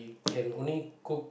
can only cook